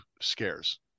scares